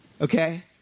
Okay